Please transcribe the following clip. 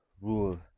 rule